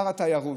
שר התיירות.